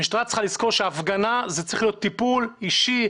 המשטרה צריכה לזכור שהפגנה זה צריך להיות טיפול אישי,